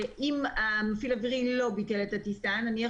אם המפעיל האווירי לא ביטל את הטיסה - נניח